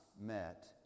met